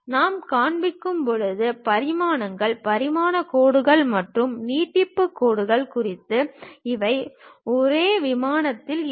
நாம் காண்பிக்கும் போது பரிமாணங்கள் பரிமாண கோடுகள் மற்றும் நீட்டிப்பு கோடுகள் குறித்து இவை ஒரே விமானத்தில் இருக்கும்